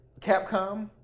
Capcom